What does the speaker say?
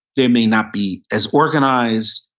they may not be as organized,